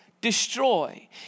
destroy